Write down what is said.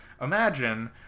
imagine